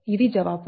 ఇది జవాబు